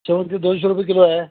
शेवंती दोनशे रुपये किलो आहे